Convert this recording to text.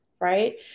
right